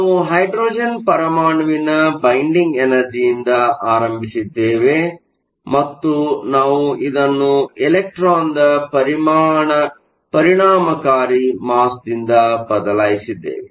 ನಾವು ಹೈಡ್ರೋಜನ್ ಪರಮಾಣುವಿನ ಬೈಂಡಿಂಗ್ ಎನರ್ಜಿಯಿಂದ ಆರಂಭಿಸಿದ್ದೆವೆ ಮತ್ತು ನಾವು ಇದನ್ನು ಎಲೆಕ್ಟ್ರಾನ್ನ ಪರಿಣಾಮಕಾರಿ ಮಾಸ್ದಿಂದ ಬದಲಾಯಿಸಿದ್ದೇವೆ